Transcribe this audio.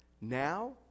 Now